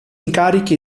incarichi